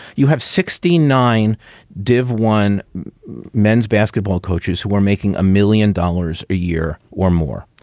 you have sixty nine div one men's basketball coaches who are making a million dollars a year or more.